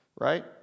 right